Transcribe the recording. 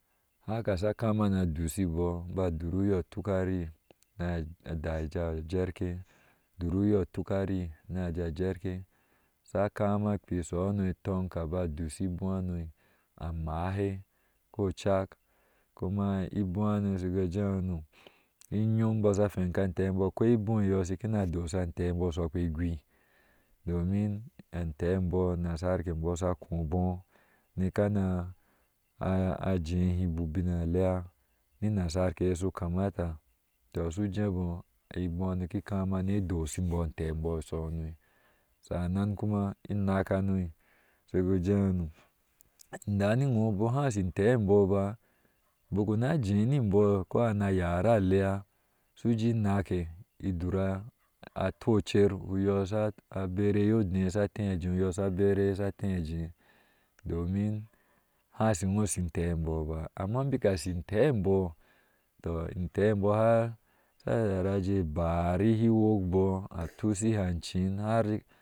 Haka sa kamana doshi bɔɔ adoruyɔɔ atoka rin ma dai naja jerke sa kama kpe soihono ton ga baba doshi ibouhanu amahɛ ko chek kuma ibouhenu ga jebɔɔno akwai ibounyɔɔ kana alosa afeh bɔɔ saaukpe gweh domi atehbɔɔ nasarai bɔɔbsa kombii ni kana jehɛ bu ubiyante ni nasareye su kamata tai su jebou ibouheno ke kama nidos hibɔɔ afehbɔɔ asoiyɔɔno sa'anan kuma anakanu gu jebɔɔno idan eyɔɔ ham shi teh nibɔɔ ko na yara ale suje nake ma dora toicher ko yan sa bereye dai sa tai je domin han shiyɔɔ shi teh bou ba amma beka shi teh bou sa jeja bara ehor bɔɔ to seye achin.